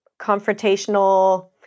confrontational